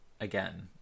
again